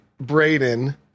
Braden